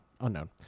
unknown